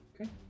okay